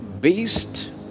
based